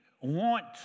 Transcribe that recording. want